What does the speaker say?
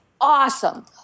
awesome